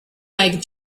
like